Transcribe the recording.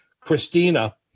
Christina